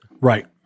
Right